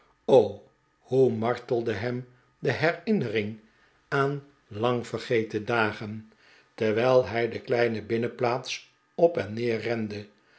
o hoe martelde hem de herinnering aan iang vergeten dagen terwijl hij de kleine binnenplaats op en neer rende